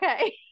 okay